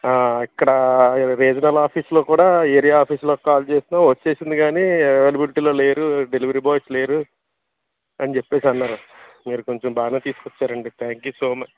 ఇక్కడ రీజినల్ ఆఫీస్లో కూడా ఏరియా ఆఫీస్లో కాల్ చేసినా వచ్చేసింది కానీ అవైలబిలిటీలో లేరు డెలివరీ బాయ్స్ లేరు అని చెప్పేసి అన్నారు మీరు కొంచెం బాగానే తీసుకొచ్చారండి థ్యాంక్యూ సో మచ్